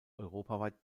europaweit